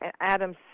Adams